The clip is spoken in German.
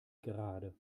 gerade